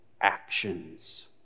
actions